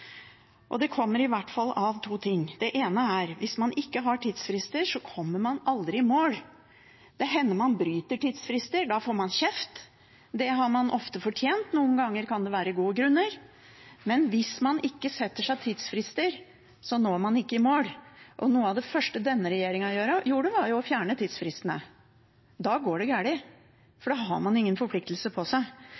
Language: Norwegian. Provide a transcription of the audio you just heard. og det kommer av i hvert fall to ting. Det ene er at hvis man ikke har tidsfrister, kommer man aldri i mål. Det hender man bryter tidsfrister. Da får man kjeft. Det har man ofte fortjent. Noen ganger kan det være gode grunner. Men hvis man ikke setter seg tidsfrister, kommer man ikke i mål. Noe av det første denne regjeringen gjorde, var jo å fjerne tidsfristene. Da går det